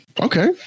Okay